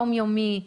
יום-יומי,